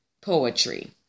poetry